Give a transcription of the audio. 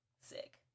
Sick